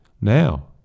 Now